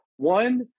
One